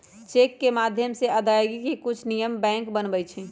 cheque के माध्यम से अदायगी के कुछ नियम बैंक बनबई छई